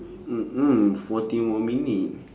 forty more minutes